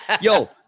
Yo